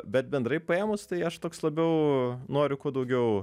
bet bendrai paėmus tai aš toks labiau noriu kuo daugiau